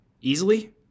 easily